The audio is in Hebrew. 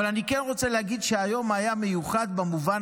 אבל אני כן רוצה להגיד שהיום היה מיוחד במובן